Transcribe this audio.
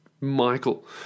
Michael